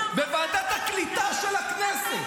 בוועדת הקליטה של הכנסת.